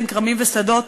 בין כרמים ושדות,